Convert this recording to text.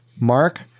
Mark